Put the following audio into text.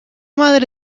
madre